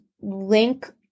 link